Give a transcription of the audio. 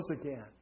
again